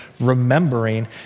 remembering